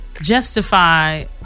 justify